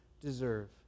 deserve